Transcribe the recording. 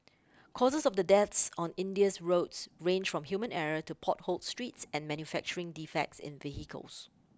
causes of the deaths on India's roads range from human error to potholed streets and manufacturing defects in vehicles